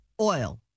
Oil